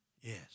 Yes